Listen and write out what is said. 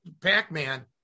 Pac-Man